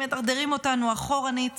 הם מדרדרים אותנו אחורה עם